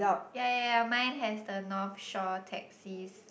yea yea yea mine has the North Shore taxis